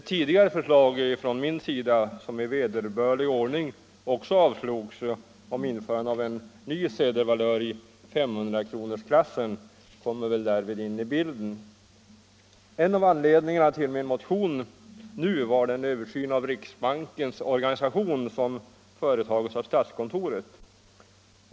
Tidigare förslag från min sida, som i vederbörlig ordning också avslogs, om införande av en ny sedel i 500-kronorsklassen kommer därvid in i bilden. En av anledningarna till min motion nu var den översyn av riksbankens organisation som företagits av statskontoret.